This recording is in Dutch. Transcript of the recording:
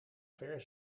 ver